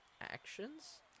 actions